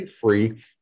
free